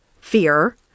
fear